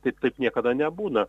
taip taip niekada nebūna